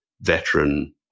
veteran